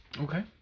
Okay